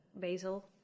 Basil